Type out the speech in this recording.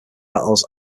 battles